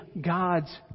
God's